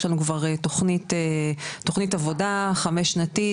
יש לנו כבר תוכנית עבודה חמש-שנתית,